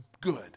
good